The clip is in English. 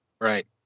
right